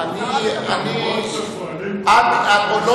אני חושב שזה כבר ברור לכולם.